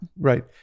Right